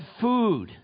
food